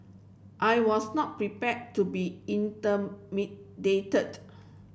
I was not prepared to be